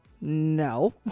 no